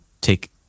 take